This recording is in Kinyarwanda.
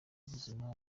ubuzima